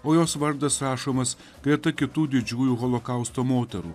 o jos vardas rašomas greta kitų didžiųjų holokausto moterų